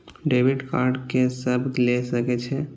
Debit card के सब ले सके छै?